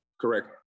Correct